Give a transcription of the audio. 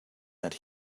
that